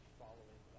following